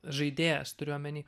žaidėjas turiu omeny